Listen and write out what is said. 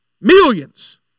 Millions